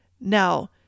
Now